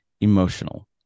emotional